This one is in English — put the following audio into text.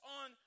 on